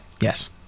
Yes